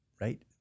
right